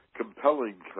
compelling